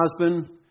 husband